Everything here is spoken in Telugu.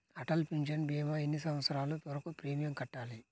అటల్ పెన్షన్ భీమా ఎన్ని సంవత్సరాలు వరకు ప్రీమియం కట్టాలి?